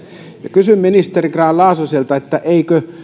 kysyn ministeri grahn laasoselta eikö